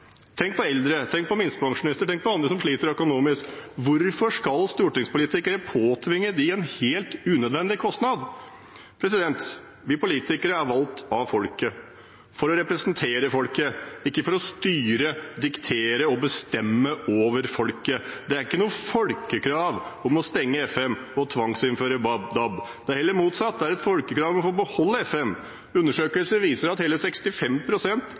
Tenk på eldre, tenk på minstepensjonister og andre som sliter økonomisk. Hvorfor skal stortingspolitikere påtvinge dem en helt unødvendig kostnad? Vi politikere er valgt av folket for å representere folket – ikke for å styre, diktere og bestemme over folket. Det er ikke noe folkekrav å stenge FM-nettet og tvangsinnføre DAB. Det er heller motsatt. Det er et folkekrav å få beholde FM. Undersøkelser viser at hele